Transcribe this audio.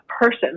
person